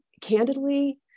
candidly